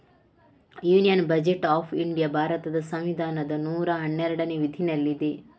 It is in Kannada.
ಯೂನಿಯನ್ ಬಜೆಟ್ ಆಫ್ ಇಂಡಿಯಾ ಭಾರತದ ಸಂವಿಧಾನದ ನೂರಾ ಹನ್ನೆರಡನೇ ವಿಧಿನಲ್ಲಿದೆ